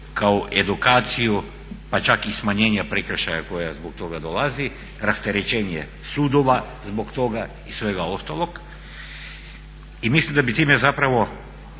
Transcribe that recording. kao edukaciju, pa čak i smanjenje prekršaja koja zbog toga dolazi, rasterećenje sudova zbog toga i svega ostalog. I mislim da bi time zapravo